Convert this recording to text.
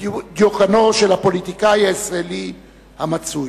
דיוקנו של הפוליטיקאי הישראלי המצוי.